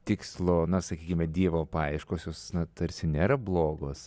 tikslo na sakykime dievo paieškos jos na tarsi nėra blogos